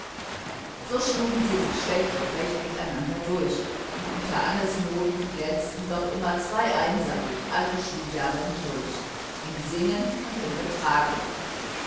so schlugen sie sich schlecht und recht miteinander durch und unter annes noten glänzten doch immer zwei i durch alle schuljahre hindurch im singen und im betragen